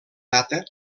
data